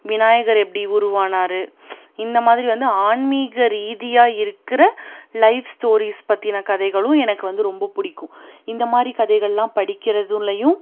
விநாயகர் எப்படி உருவானார் இந்தமாதிரி வந்து ஆன்மீக ரீதியாக இருக்கிற லைஃப் ஸ்டோரிஸ் பத்தின கதைகளும் எனக்கு வந்து ரொம்ப பிடிக்கும் இந்தமாதிரி கதைகளெலாம் படிக்கிறதுலையும்